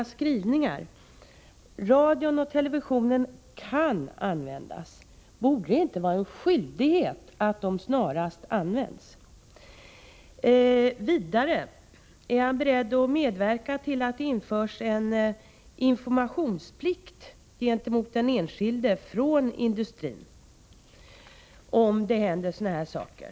Det gäller användningen av radion och televisionen. Borde det inte vara en skyldighet att använda sig av dessa media? Det borde ske snarast. Vidare: Är försvarsministern beredd att medverka till att det införs en informationsplikt för industrin gentemot den enskilde, om det händer sådana här saker?